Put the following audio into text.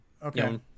Okay